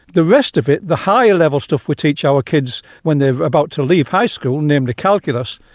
the rest of it, the higher level stuff we teach our kids when they are about to leave high school, namely calculus,